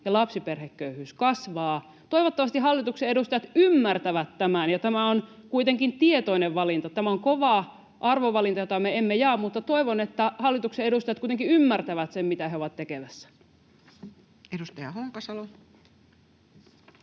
ja lapsiperheköyhyys kasvaa. Toivottavasti hallituksen edustajat ymmärtävät tämän, ja tämä on kuitenkin tietoinen valinta. Tämä on kova arvovalinta, jota me emme jaa, mutta toivon, että hallituksen edustajat kuitenkin ymmärtävät sen, mitä he ovat tekemässä. [Speech 105]